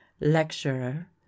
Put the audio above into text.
lecturer